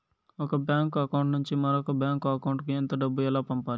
ఒక bank account నుంచి మరొక బ్యాంకు అకౌంట్ కు ఎంత డబ్బు ఎలా పంపాలి